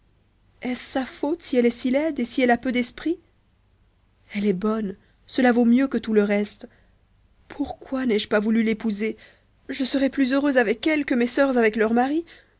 sa faute si elle est si laide et si elle a peu d'esprit elle est bonne cela vaut mieux que tout le reste pourquoi n'ai-je pas voulu l'épouser je serais plus heureuse avec elle que mes sœurs avec leurs maris